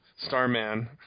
Starman